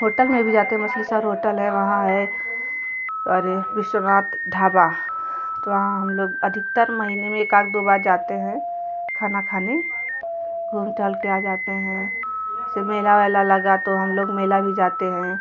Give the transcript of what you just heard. hotel में भी जाते मछली शहर होटल है वहाँ है और विश्वनाथ ढाबा तो वहाँ हम लोग अधिकतर महीने में एक आध दो बार जाते हैं खाना खाने घूम टहल के आ जाते हैं फिर मेला वेला लगा तो हम लोग मेला भी जाते हैं